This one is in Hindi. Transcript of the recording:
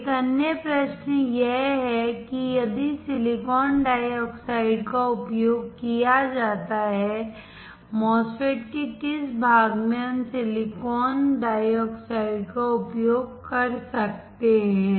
एक अन्य प्रश्न यह है कि यदि सिलिकॉन डाइऑक्साइड का उपयोग किया जाता है MOSFETs के किस भाग में हम सिलिकॉन डाइऑक्साइड का उपयोग कर सकते हैं